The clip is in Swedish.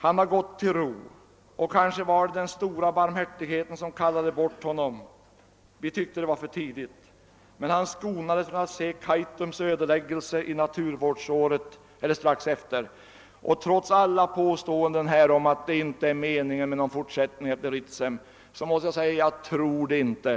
Han har gått till ro, och kanske var det den stora barmhärtigheten som kallade bort honom — vi tyckte att det var för tidigt, men han skonades från att se Kaitums ödeläggelse strax efter naturvårdsåret. Trots alla påståenden om att det inte är avsikten att det skall följa någon fortsättning efter Ritsem måste jag säga: Jag tror det inte!